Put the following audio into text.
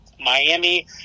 Miami